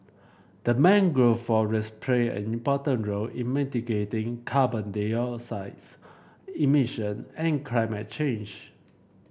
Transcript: the mangrove forest play an important role in mitigating carbon dioxides emission and climate change